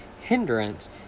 hindrance